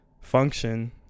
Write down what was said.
function